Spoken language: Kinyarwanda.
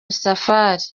safari